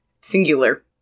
Singular